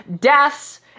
deaths